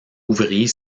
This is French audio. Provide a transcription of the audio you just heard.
ouvrier